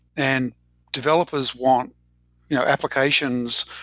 and developers want you know applications,